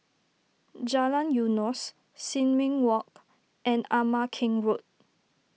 Jalan Eunos Sin Ming Walk and Ama Keng Road